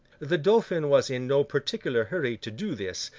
the dauphin was in no particular hurry to do this,